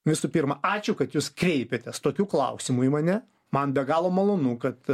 visų pirma ačiū kad jūs kreipėtės tokiu klausimu į mane man be galo malonu kad